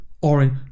orange